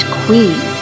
queen